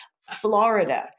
Florida